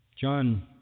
John